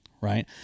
Right